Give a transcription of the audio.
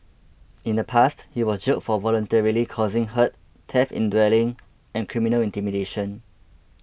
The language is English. in the past he was jailed for voluntarily causing hurt theft in dwelling and criminal intimidation